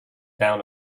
down